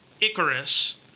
Icarus